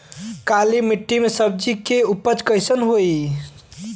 काली मिट्टी में सब्जी के उपज कइसन होई?